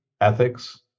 ethics